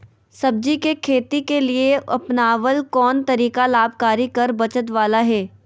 सब्जी के खेती के लिए अपनाबल कोन तरीका लाभकारी कर बचत बाला है?